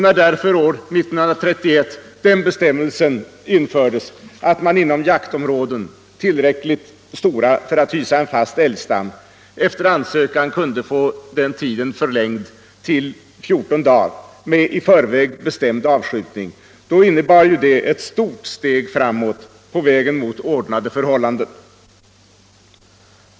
När därför år 1931 bestämmelsen infördes, att man inom jaktvårdsområden, tillräckligt stora för att hysa en fast älgstam, efter ansökan kunde få jakttiden förlängd till 14 dagar med i förväg bestämd avskjutning, innebar det ett stort steg framåt på vägen mot ordnade förhållanden.